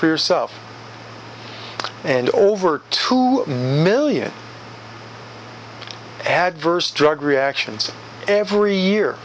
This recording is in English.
for yourself and over two million adverse drug reactions every year